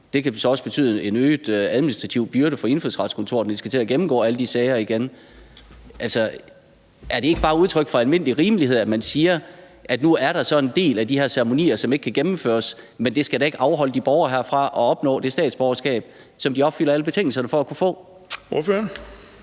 Det kan jo så også betyde en øget administrativ byrde for Indfødsretskontoret, når de skal til at gennemgå alle de sager igen. Altså, er det ikke bare udtryk for almindelig rimelighed, at man siger, at nu er der så en del af de her ceremonier, som ikke kan gennemføres, men at det da ikke skal afholde de her borgere fra at opnå det statsborgerskab, som de opfylder alle betingelserne for at kunne få?